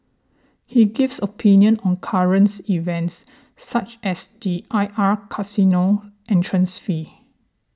he gives opinions on currents events such as the I R casino entrance fee